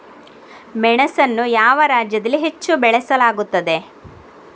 ಮೆಣಸನ್ನು ಯಾವ ರಾಜ್ಯದಲ್ಲಿ ಹೆಚ್ಚು ಬೆಳೆಯಲಾಗುತ್ತದೆ?